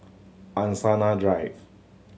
Angsana Drive